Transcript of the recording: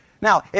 Now